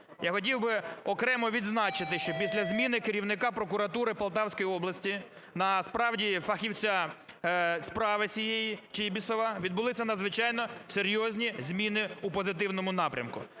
Я хотів би окремо відзначити, що після зміни керівника прокуратури Полтавської області на, справді, фахівця справи цієї Чібісова, відбулися надзвичайно серйозні зміни у позитивному напрямку: